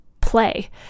play